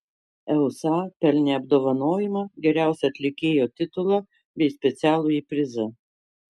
eusa pelnė apdovanojimą geriausio atlikėjo titulą bei specialųjį prizą